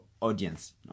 audience